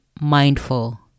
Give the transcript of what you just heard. mindful